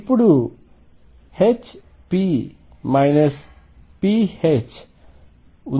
కాబట్టి ఇప్పుడు Hp pH0 ఉందో లేదో చూద్దాం